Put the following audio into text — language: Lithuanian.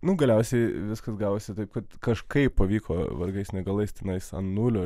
nu galiausiai viskas gavosi taip kad kažkaip pavyko vargais negalais tenais ant nulio